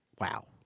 Wow